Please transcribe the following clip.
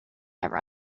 never